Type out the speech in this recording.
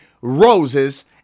roses